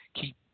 keep